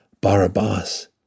Barabbas